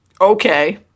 okay